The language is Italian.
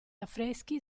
affreschi